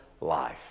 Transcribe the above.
life